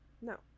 no